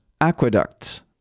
aqueducts